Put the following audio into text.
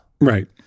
Right